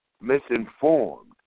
misinformed